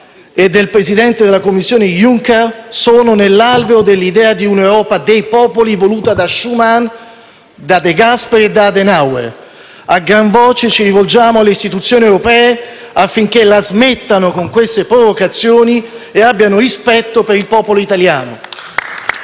e del presidente della Commissione Juncker sono nell'alveo dell'idea di un'Europa dei popoli voluta da Schuman, da De Gasperi e da Adenauer. *(Applausi del senatore De Poli).* A gran voce ci rivolgiamo alle istituzioni europee affinché la smettano con queste provocazioni e abbiano rispetto per il popolo italiano!